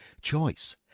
Choice